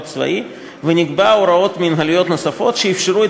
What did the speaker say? צבאיים ונקבעו הוראות מינהליות נוספות שאפשרו את